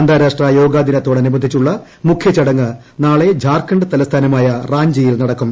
അന്താരാഷ്ട്ര യോഗ ദിനത്തോടനുബന്ധിച്ചുള്ള മുഖ്യ ചടങ്ങ് നാളെ ജാർഖണ്ഡ് തലസ്ഥാനമായ റാഞ്ചിയിൽ നടക്കും